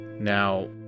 Now